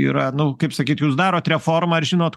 yra nu kaip sakyt jūs darot reformą ar žinot